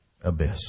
abyss